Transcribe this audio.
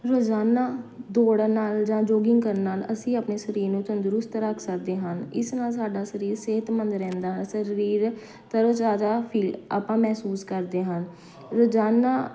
ਰੋਜ਼ਾਨਾ ਦੌੜਨ ਨਾਲ ਜਾਂ ਜੌਗਿੰਗ ਕਰਨ ਨਾਲ ਅਸੀਂ ਆਪਣੇ ਸਰੀਰ ਨੂੰ ਤੰਦਰੁਸਤ ਰੱਖ ਸਕਦੇ ਹਨ ਇਸ ਨਾਲ ਸਾਡਾ ਸਰੀਰ ਸਿਹਤਮੰਦ ਰਹਿੰਦਾ ਸਰੀਰ ਤਰੋਤਾਜ਼ਾ ਫੀਲ ਆਪਾਂ ਮਹਿਸੂਸ ਕਰਦੇ ਹਨ ਰੋਜ਼ਾਨਾ